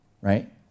Right